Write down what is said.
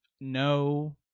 no